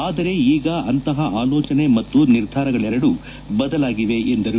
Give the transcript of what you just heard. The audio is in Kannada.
ಆದರೆ ಈಗ ಅಂತಹ ಆಲೋಚನೆ ಮತ್ತು ನಿರ್ಧಾರಗಳೆರಡು ಬದಲಾಗಿವೆ ಎಂದರು